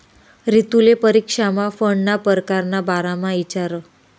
रितुले परीक्षामा फंडना परकार ना बारामा इचारं